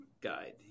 Guide